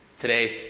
Today